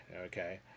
okay